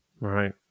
right